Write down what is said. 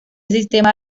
sistema